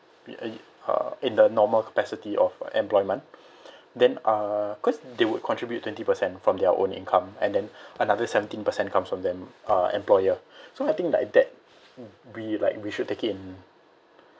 uh in the normal capacity of employment then uh cause they would contribute twenty percent from their own income and then another seventeen percent comes from them uh employer so I think like that we like we should take in